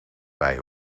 bij